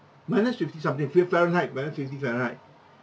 minus fifty-something fifth fahrenheit minus fifty fahrenheit